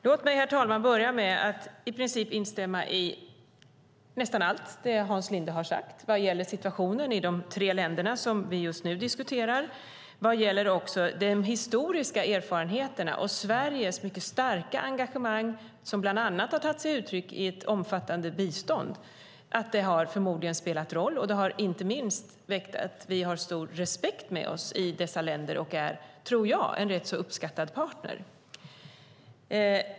Låt mig, herr talman, börja med att i princip instämma i nästan allt Hans Linde har sagt vad gäller situationen i de tre länder som vi just nu diskuterar och också vad gäller de historiska erfarenheterna och Sveriges mycket starka engagemang, som bland annat har tagit sig uttryck i ett omfattande bistånd. Det har förmodligen spelat roll, och det har inte minst inneburit att vi har stor respekt med oss i dessa länder och, tror jag, är en rätt uppskattad partner.